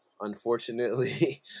unfortunately